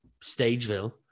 Stageville